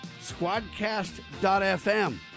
squadcast.fm